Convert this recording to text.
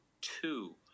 two